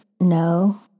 No